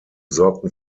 sorgten